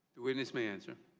the witness may answer.